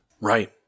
Right